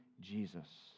Jesus